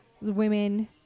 women